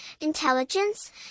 intelligence